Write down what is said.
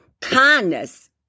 kindness